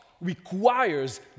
requires